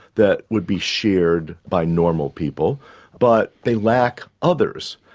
that would be shared by normal people but they lack others.